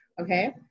okay